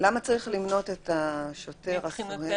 למה צריך למנות את השוטר, החייל וכו'?